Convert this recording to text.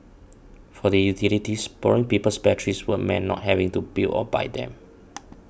for the utilities borrowing people's batteries would meant not having to build or buy them